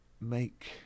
make